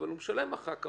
אבל הוא משלם אחר כך,